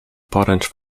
poręcz